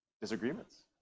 disagreements